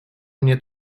mnie